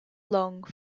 lung